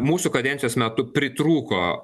mūsų kadencijos metu pritrūko